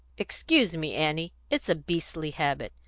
excuse me, annie! it's a beastly habit.